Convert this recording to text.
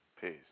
Peace